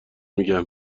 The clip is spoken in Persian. میگم